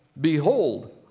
Behold